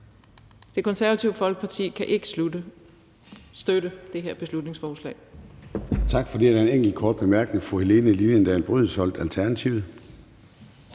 Det Konservative Folkeparti kan ikke støtte det her beslutningsforslag.